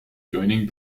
joining